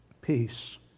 peace